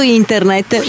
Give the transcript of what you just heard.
internet